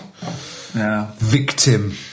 victim